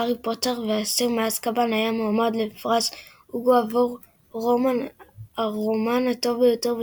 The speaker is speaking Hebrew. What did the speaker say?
הארי פוטר והאסיר מאזקבאן היה מועמד לפרס הוגו עבור הרומן הטוב ביותר,